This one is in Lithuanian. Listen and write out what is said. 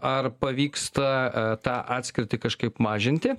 ar pavyksta a tą atskirtį kažkaip mažinti